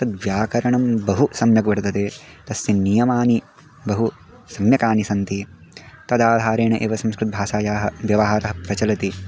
तद् व्याकरणं बहु सम्यक् वर्तते तस्य नियमानि बहु सम्यकानि सन्ति तदाधारेणेव संस्कृत भाषायाः व्यवहारः प्रचलति